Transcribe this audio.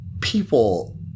people